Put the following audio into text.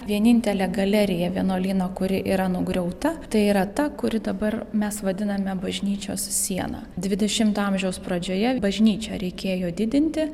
vienintelė galerija vienuolyno kuri yra nugriauta tai yra ta kuri dabar mes vadiname bažnyčios siena dvidešimto amžiaus pradžioje bažnyčią reikėjo didinti